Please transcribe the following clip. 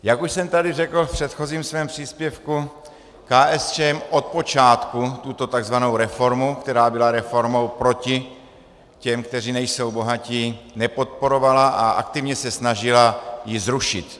Jak už jsem tady řekl v předchozím svém příspěvku, KSČM od počátku tuto tzv. reformu, která byla reformou proti těm, kteří nejsou bohatí, nepodporovala a aktivně se snažila ji zrušit.